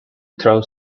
throws